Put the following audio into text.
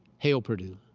hail purdue.